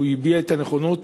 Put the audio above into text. שהביע את הנכונות